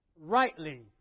rightly